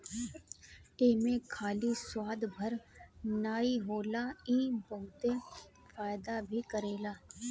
एमे खाली स्वाद भर नाइ होला इ बहुते फायदा भी करेला